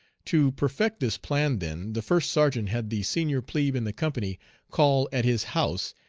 to perfect his plan, then, the first sergeant had the senior plebe in the company call at his house,